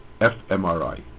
fMRI